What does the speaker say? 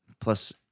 Plus